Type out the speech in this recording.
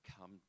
come